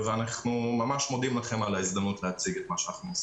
אנחנו ממש מודים לכם על ההזדמנות להציג את מה שאנחנו עושים.